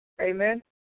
Amen